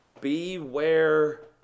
Beware